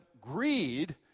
greed